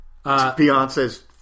Beyonce's